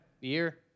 year